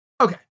Okay